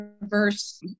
reverse